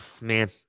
man